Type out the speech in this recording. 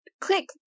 Click